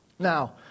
Now